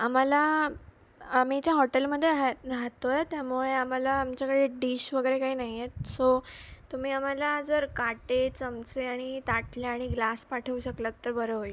आम्हाला आम्ही ज्या हॉटेलमध्ये राह राहतो आहे त्यामुळे आम्हाला आमच्याकडे डिश वगैरे काही नाही आहेत सो तुम्ही आम्हाला जर काटे चमचे आणि ताटल्या आणि ग्लास पाठवू शकलात तर बरं होईल